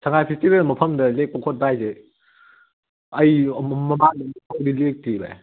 ꯁꯉꯥꯏ festival ꯃꯐꯝꯗ ꯂꯦꯛꯄ ꯈꯣꯠꯄ ꯍꯥꯏꯁꯦ ꯑꯩ ꯃꯃꯥꯡꯗ ꯑꯃꯨꯛꯐꯥꯎ ꯂꯦꯛꯇ꯭ꯔꯤꯌꯦ ꯚꯥꯏ